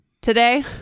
today